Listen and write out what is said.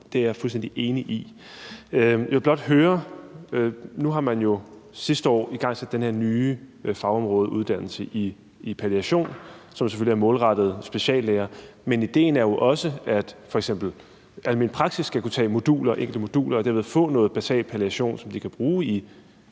Det er jeg fuldstændig enig i. Jeg vil blot høre: Nu har man sidste år igangsat den her nye fagområdeuddannelse i palliation, som selvfølgelig er målrettet speciallæger, men idéen er jo også, at f.eks. alment praktiserende læger skal kunne tage enkelte moduler og dermed få noget basal viden om palliation, som de kan bruge